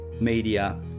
media